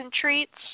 Treats